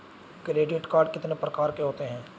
Credit card कितने प्रकार के होते हैं?